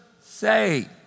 say